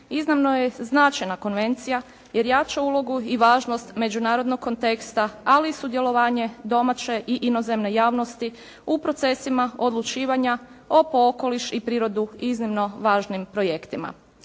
iznimno je značajna konvencija jer jača ulogu i važnost međunarodnog konteksta ali i sudjelovanje domaće i inozemne javnosti u procesima odlučivanja o, po okoliš i prirodu iznimno važnim projektima.